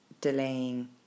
delaying